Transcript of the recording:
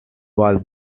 was